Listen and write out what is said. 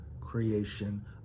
creation